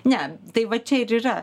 ne tai va čia ir yra